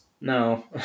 No